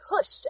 pushed